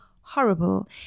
horrible